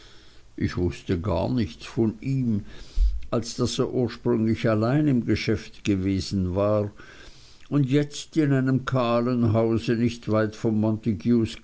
ich wußte gar nichts von ihm als daß er ursprünglich allein im geschäft gewesen war und jetzt in einem kahlen hause nicht weit vom